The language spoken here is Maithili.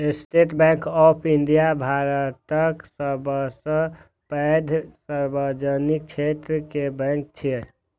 स्टेट बैंक ऑफ इंडिया भारतक सबसं पैघ सार्वजनिक क्षेत्र के बैंक छियै